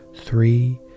three